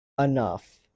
enough